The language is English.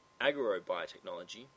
agrobiotechnology